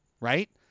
right